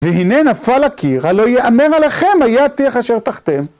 והנה נפל הקיר, הלא יאמר עליכם, היה תיך אשר תחתם.